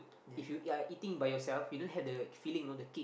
if you are eating by yourself you don't have the feeling know the kick